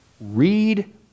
Read